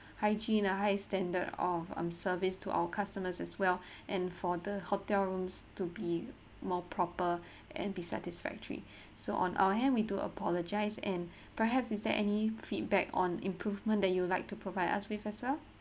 hygiene a high standard of um service to our customers as well and for the hotel rooms to be more proper and be satisfactory so on our end we do apologize and perhaps is there any feedback on improvement that you would like to provide us with yourself